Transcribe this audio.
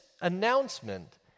announcement